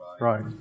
right